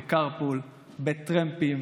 בקארפול, בטרמפים,